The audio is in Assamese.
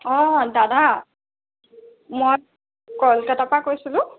অঁ দাদা মই কলকাতাৰ পৰা কৈছিলোঁ